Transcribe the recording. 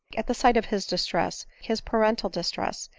at the sight of his distress, his parental distress,